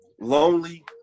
lonely